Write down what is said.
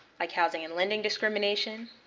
like housing and lending discrimination,